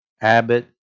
Abbott